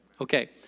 Okay